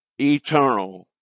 eternal